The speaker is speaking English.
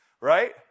right